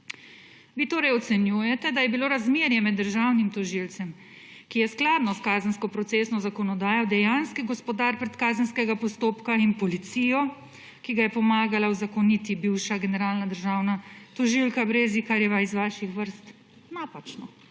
Vi torej ocenjujete, da je bilo razmerje med državnim tožilcem, ki je skladno s kazensko procesno zakonodajo dejanski gospodar predkazenskega postopka, in policijo, ki ga je pomagala uzakoniti bivša generalna državna tožilka Brezigarjeva iz vaših vrst, napačno